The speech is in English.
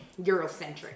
Eurocentric